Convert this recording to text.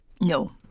No